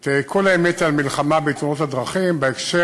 את כל האמת על מלחמה בתאונות הדרכים בהקשר